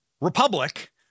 republic